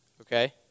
Okay